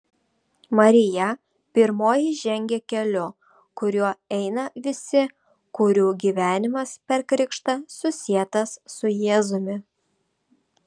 marija pirmoji žengia keliu kuriuo eina visi kurių gyvenimas per krikštą susietas su jėzumi